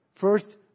First